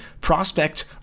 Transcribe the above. prospect